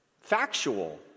Factual